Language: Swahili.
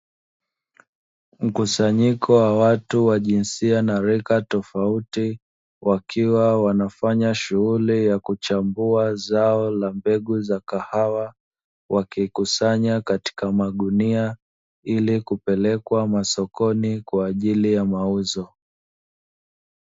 Mkusanyiko wa watu wa jinsia na rika tofauti, wakiwa wanafanya shughuli ya kuchambua zao la mbegu za kahawa wakikusanya katika magunia, ili kupelekwa masokoni kwa ajili ya mauzo.